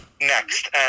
Next